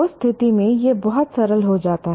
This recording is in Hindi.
उस स्थिति में यह बहुत सरल हो जाता है